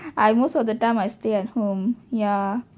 I most of the time I stay at home ya